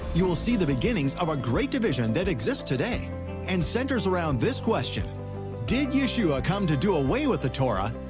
you will see the beginnings of a great division that exists today and centers around this question did yeshua come to do away with the torah,